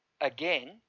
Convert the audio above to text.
again